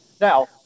Now